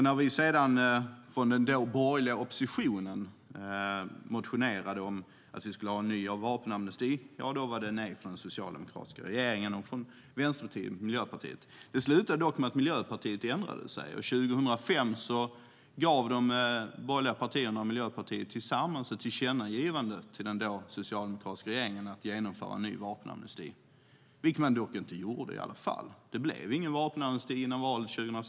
När vi sedan från den då borgerliga oppositionen motionerade om att vi skulle ha en ny vapenamnesti var det nej från den socialdemokratiska regeringen och från Vänsterpartiet och Miljöpartiet. Det slutade dock med att Miljöpartiet ändrade sig, och 2005 gav de borgerliga partierna och Miljöpartiet tillsammans ett tillkännagivande till den då socialdemokratiska regeringen att genomföra en ny vapenamnesti, vilket man dock inte gjorde i alla fall. Det blev ingen vapenamnesti innan valet 2006.